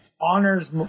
honors